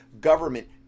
government